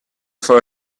for